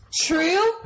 True